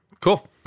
Cool